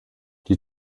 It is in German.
die